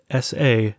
SA